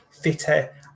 Fitter